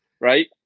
right